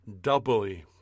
Doubly